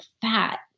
fat